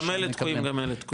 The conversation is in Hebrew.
גם אלה תקועים, גם אלו תקועים.